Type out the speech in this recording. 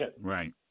Right